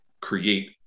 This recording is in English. create